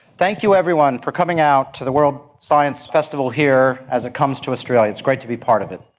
thank you everyone for coming out to the world science festival here as it comes to australia, it's great to be part of it.